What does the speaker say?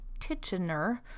Titchener